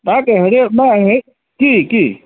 তাকে হেৰি নহয় হেৰি কি কি